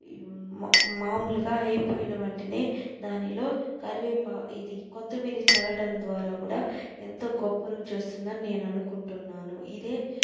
మామూలుగా అయిపోయిన వెంటనే దానిలో కరివేపా ఇది కొత్తిమీరి చల్లటం ద్వారా కూడా ఎంతో గొప్ప రుచొస్తుందని నేననుకుంటున్నాను ఇదే